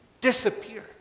disappeared